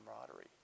camaraderie